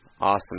awesome